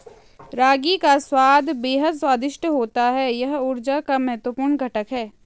रागी का स्वाद बेहद स्वादिष्ट होता है यह ऊर्जा का महत्वपूर्ण घटक है